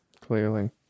Clearly